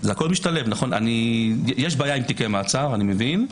יש בעיה עם תיקי מעצר, אני מבין.